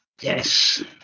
Yes